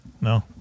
No